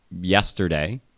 yesterday